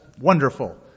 wonderful